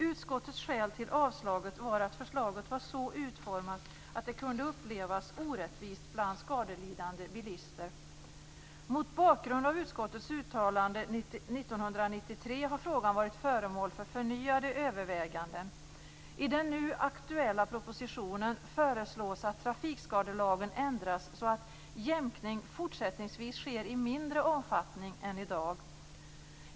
Utskottets skäl till avslaget var att förslaget var så utformat att det kunde upplevas orättvist bland skadelidande bilister. Mot bakgrund av utskottets uttalande 1993 har frågan varit föremål för förnyade överväganden. I den nu aktuella propositionen föreslås att trafikskadelagen ändras så att jämkning fortsättningsvis sker i mindre omfattning än i dag.